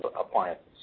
appliances